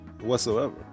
whatsoever